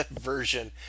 version